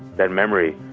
that memory